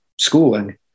schooling